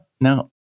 no